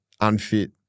unfit